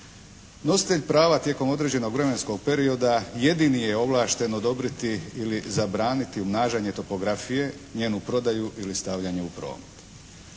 Nositelj prava tijekom određenog vremenskog perioda jedini je ovlašten odobriti ili zabraniti umnažanje topografije, njenu prodaju ili stavljanje u promet.